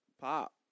pop